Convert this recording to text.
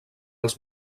els